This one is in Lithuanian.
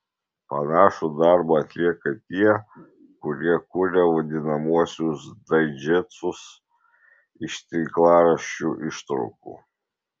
panašų darbą atlieka tie kurie kuria vadinamuosius daidžestus iš tinklaraščių ištraukų